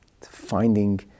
finding